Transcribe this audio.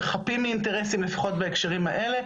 חפים מאינטרסים לפחות בהקשרים האלה,